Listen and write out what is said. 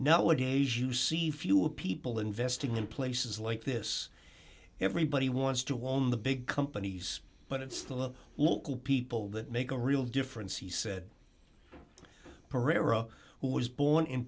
nowadays you see fewer people investing in places like this everybody wants to own the big companies but it's the local people that make a real difference he said perera who was born in